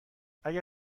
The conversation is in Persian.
اگر